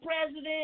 president